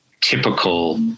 typical